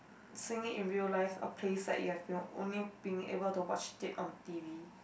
seen it in real life a place that you have been only been able to watch it on t_v